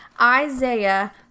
Isaiah